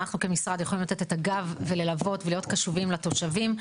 אנחנו כמשרד יכולים לתת את הגב וללוות ולהיות קשובים לתושבים.